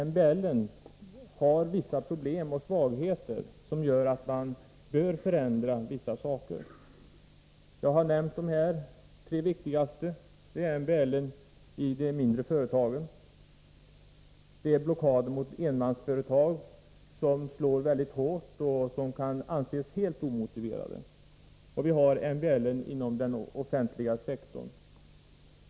MBL har en del svagheter, och det bör därför göras vissa förändringar. De tre viktigaste frågorna gäller medbestämmandets utformning i de mindre företagen, blockad mot enmansföretag — något som slår mycket hårt och som kan anses helt omotiverat — och medbestämmandet inom den offentliga sektorn.